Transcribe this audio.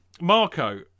Marco